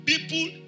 People